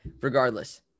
regardless